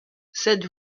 cette